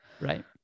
Right